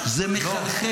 אפשר שאלה פשוטה?